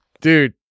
dude